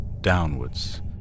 Downwards